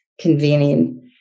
convening